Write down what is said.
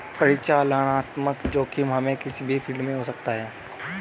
परिचालनात्मक जोखिम हमे किसी भी फील्ड में हो सकता है